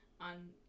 on